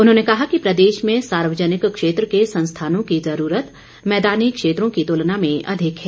उन्होंने कहा कि प्रदेश में सार्वजनिक क्षेत्र के संस्थानों की जरूरत मैदानी क्षेत्रों की तुलना में अधिक है